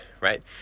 Right